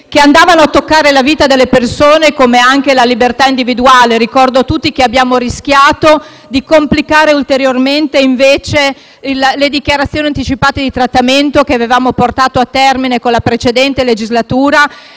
che andavano a toccare la vita delle persone come anche la libertà individuale: ricordo a tutti che abbiamo rischiato di complicare ulteriormente le dichiarazioni anticipate di trattamento, che avevamo portato a termine nella precedente legislatura,